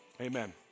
amen